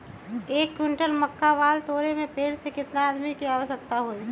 एक क्विंटल मक्का बाल तोरे में पेड़ से केतना आदमी के आवश्कता होई?